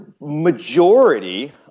majority